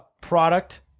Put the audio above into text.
product